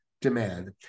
demand